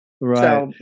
Right